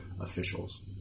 officials